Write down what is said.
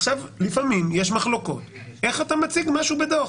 עכשיו, לפעמים יש מחלוקות איך אתה מציג משהו בדוח.